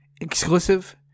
Exclusive